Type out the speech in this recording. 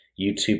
YouTube